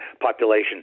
population